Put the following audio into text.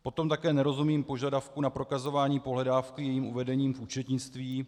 Potom také nerozumím požadavku na prokazování pohledávky jejím uvedením v účetnictví.